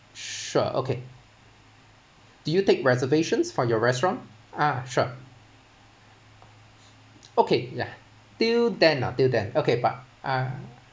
sure okay do you take reservations for your restaurant ah sure okay ya till then ah till then okay but